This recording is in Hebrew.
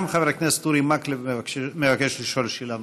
גם חבר הכנסת אורי מקלב מבקש לשאול שאלה.